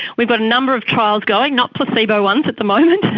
we've got a number of trials going, not placebo ones at the moment,